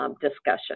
Discussion